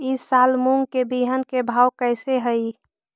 ई साल मूंग के बिहन के भाव कैसे हई?